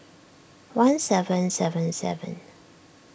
one seven seven seven